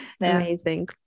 Amazing